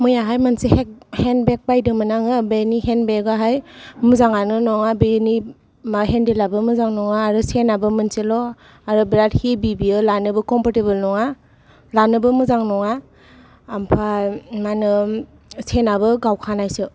मैयाहाय मोनसे हेन्द बेग बायदोंमोन आङो बेनि हेन्द बेगाहाय मोजाङानो नङा बेनि हेन्देलाबो मोजां नङा आरो सेनाबो मोनसेल' आरो बिरात हेभि बेयो लानोबो कम्फरटेबल नङा लानोबो मोजां नङा ओमफ्राय मा होनो सेनाबो गावखानायसो